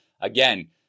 again